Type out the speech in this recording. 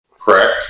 Correct